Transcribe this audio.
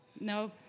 No